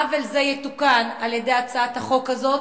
עוול זה יתוקן על-ידי הצעת החוק הזו.